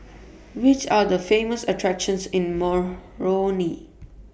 Which Are The Famous attractions in Moroni